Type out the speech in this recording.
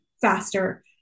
faster